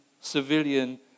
civilian